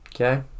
Okay